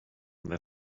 the